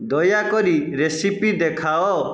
ଦୟାକରି ରେସିପି ଦେଖାଅ